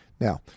Now